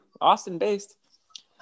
Austin-based